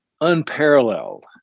unparalleled